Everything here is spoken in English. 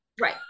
Right